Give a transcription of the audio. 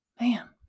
man